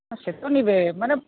সে তো নেবে মানে